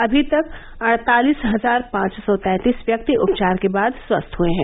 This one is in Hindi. अभी तक अड़तालिस हजार पांच सौ तैंतीस व्यक्ति उपचार के बाद स्वस्थ हुए हैं